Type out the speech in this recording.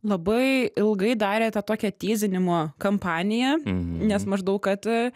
labai ilgai darė tą tokią tyzinimo kampaniją nes maždaug kad